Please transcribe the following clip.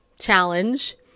challenge